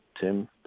Tim